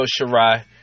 Shirai